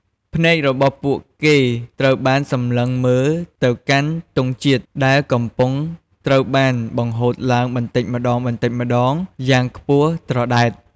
ភ្នែករបស់ពួកគេត្រូវបានសំឡឹងមើលទៅកាន់ ទង់ជាតិ ដែលកំពុងត្រូវបាន បង្ហូតឡើងបន្តិចម្តងៗ យ៉ាងខ្ពស់ត្រដែត។